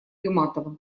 юматово